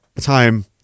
time